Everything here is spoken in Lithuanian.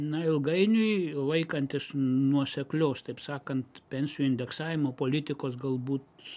na ilgainiui laikantis nuoseklios taip sakant pensijų indeksavimo politikos galbūt